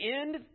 end